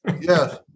Yes